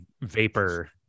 vapor